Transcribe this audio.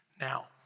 Now